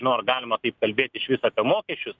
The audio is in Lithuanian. nu ar galima taip kalbėti išvis apie mokesčius